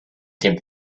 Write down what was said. dem